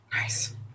Nice